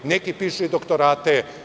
Neki pišu i doktorate.